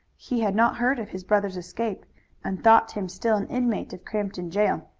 he had not heard of his brother's escape and thought him still an inmate of crampton jail.